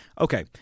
Okay